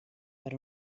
per